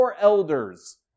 elders